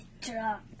drunk